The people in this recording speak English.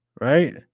right